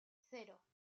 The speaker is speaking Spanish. cero